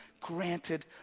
granted